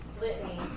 litany